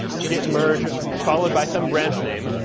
git merge, followed by some branch name,